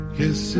yes